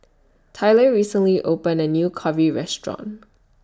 Tylor recently opened A New Curry Restaurant